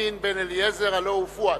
בנימין בן-אליעזר, הלוא הוא פואד.